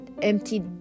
Empty